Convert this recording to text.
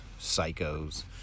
psychos